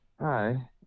Hi